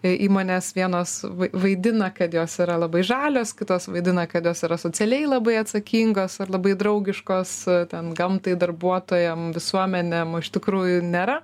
jei įmonės vienos vai vaidina kad jos yra labai žalios kitos vaidina kad jos yra socialiai labai atsakingos ar labai draugiškos ten gamtai darbuotojam visuomenėm iš tikrųjų nėra